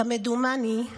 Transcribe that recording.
כמדומני,